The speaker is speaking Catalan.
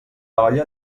olla